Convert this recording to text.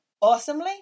Awesomely